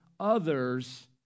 others